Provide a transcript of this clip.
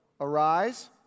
arise